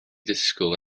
disgwyl